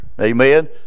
Amen